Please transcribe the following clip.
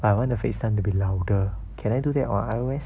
but I want the FaceTime to be louder can I do that on I_O_S